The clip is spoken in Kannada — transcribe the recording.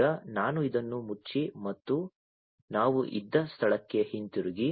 ಈಗ ನಾನು ಇದನ್ನು ಮುಚ್ಚಿ ಮತ್ತು ನಾವು ಇದ್ದ ಸ್ಥಳಕ್ಕೆ ಹಿಂತಿರುಗಿ